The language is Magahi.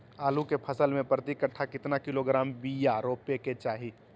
आलू के फसल में प्रति कट्ठा कितना किलोग्राम बिया रोपे के चाहि?